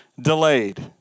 delayed